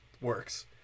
works